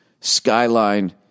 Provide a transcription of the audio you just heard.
skyline